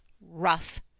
rough